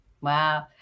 wow